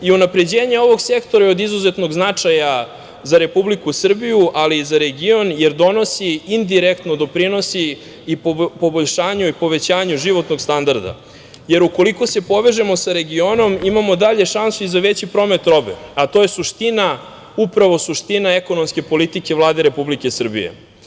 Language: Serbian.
I unapređenje ovog sektora je od izuzetnog značaja za Republiku Srbiju, ali i za region, jer donosi i indirektno doprinosi i poboljšanju i povećanju životnog standarda, jer ukoliko se povežemo sa regionom imamo dalje šansu i za veći promet robe, a to je suština, upravo suština ekonomske politike Vlade Republike Srbije.